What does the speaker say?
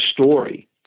story